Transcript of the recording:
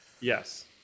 Yes